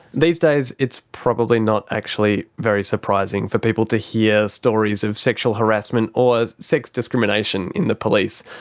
these days it's probably not actually very surprising for people to hear stories of sexual harassment or sex discrimination in the police.